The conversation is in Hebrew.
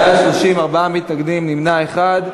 בעד 30, ארבעה מתנגדים, נמנע אחד.